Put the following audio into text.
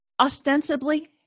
ostensibly